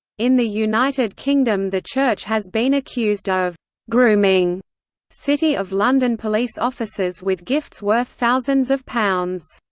in the united kingdom the church has been accused of grooming city of london police officers with gifts worth thousands of pounds.